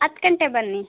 ಹತ್ತು ಗಂಟೆಗೆ ಬನ್ನಿ